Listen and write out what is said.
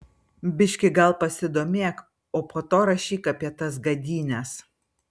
biški gal pasidomėk o po to rašyk apie tas gadynes